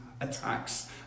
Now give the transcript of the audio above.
attacks